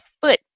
foot